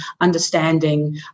understanding